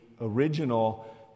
original